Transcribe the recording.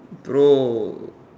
bro